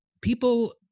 people